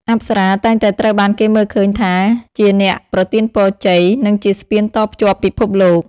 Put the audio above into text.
អប្សរាតែងតែត្រូវបានគេមើលឃើញថាជាអ្នកប្រទានពរជ័យ និងជាស្ពានតភ្ជាប់ពិភពលោក។